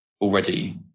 already